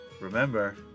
Remember